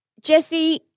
Jesse